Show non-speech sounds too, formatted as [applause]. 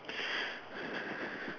[breath]